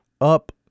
up